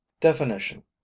Definition